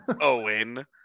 Owen